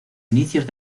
inicios